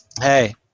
Hey